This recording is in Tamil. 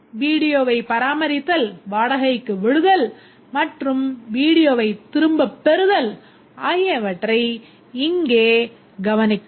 வீடியோவைப் பராமரித்தல் வாடகைக்கு விடுதல் மற்றும் வீடியோவைத் திரும்பப் பெறுதல் ஆகியவற்றை இங்கே கவனிக்கவும்